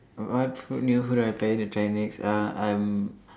wh~ what food new food I planning to try next uh I'm